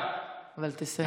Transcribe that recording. אבל, אבל תסיים.